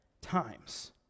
times